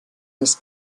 ist